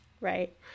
Right